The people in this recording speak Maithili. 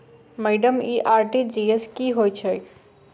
माइडम इ आर.टी.जी.एस की होइ छैय?